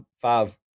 five